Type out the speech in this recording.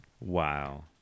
wow